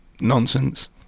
nonsense